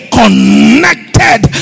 connected